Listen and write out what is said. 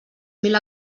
mil